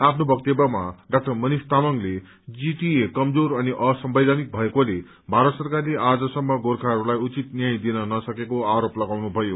आफ्नो वक्तव्यमा डा मनिष तामाङले जीटीए कमजोर अनि असंवैधानिक भएकोले भारत सरकारले आजसम्म गोर्खाहस्लाई उचित न्याय दिन नसकेको आरोप लगाउनु भयो